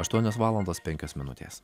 aštuonios valandos penkios minutės